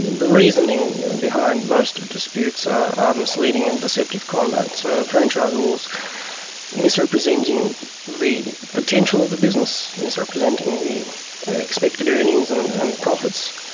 the reasoning behind most disputes are misleading and deceptive conduct. so a franchisor is misrepresenting the potential of the business, misrepresenting the expected earnings and and profits.